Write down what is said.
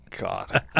God